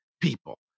people